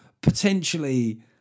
potentially